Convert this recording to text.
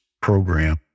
program